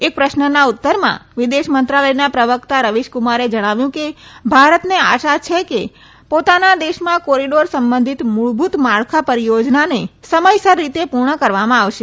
એક પ્રશ્નના ઉત્તરમાં વિદેશ મંત્રાલયના પ્રવકતા રવીશ કુમારે જણાવ્યું કે ભારતને આશા છે કે પોતાના દેશમાં કોરીડીર સંબંધિત મુળભુત માળખા પરીયોજનાને સમયસર રીતે પુર્ણ કરવામાં આવશે